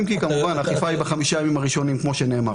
האכיפה היא בחמישה הימים הראשונים, כמו שנאמר.